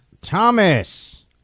thomas